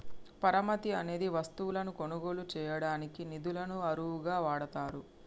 పరపతి అనేది వస్తువులను కొనుగోలు చేయడానికి నిధులను అరువుగా వాడతారు